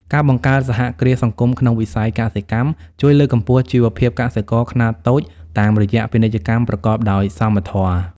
ការបង្កើតសហគ្រាសសង្គមក្នុងវិស័យកសិកម្ម ជួយលើកកម្ពស់ជីវភាពកសិករខ្នាតតូចតាមរយៈពាណិជ្ជកម្មប្រកបដោយសមធម៌។